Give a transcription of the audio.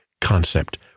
concept